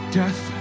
death